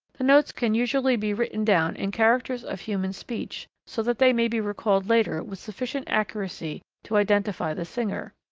the notes can usually be written down in characters of human speech so that they may be recalled later with sufficient accuracy to identify the singer.